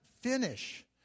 finish